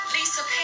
Lisa